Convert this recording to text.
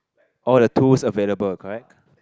all the tools available correct